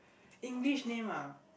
English name ah